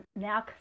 now